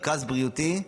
מרכז בריאותי,